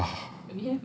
!huh!